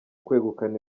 kwegukana